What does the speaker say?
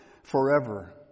forever